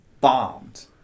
bombed